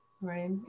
right